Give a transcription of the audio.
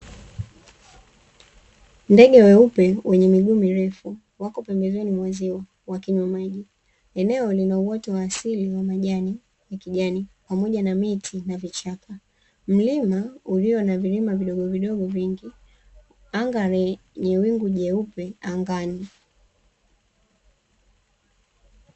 Ndege weupe wenye miguu mirefu wako pembezoni mwa ziwa wakinywa maji. Eneo lina uoto wa asili wa majani ya kijani pamoja na miti na vichakamlima ulio na vilima vidogovidogo vingi, anga lenye wingu jeupe angani.